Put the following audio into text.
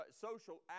social